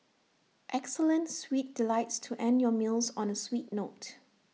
excellent sweet delights to end your meals on A sweet note